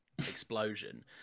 explosion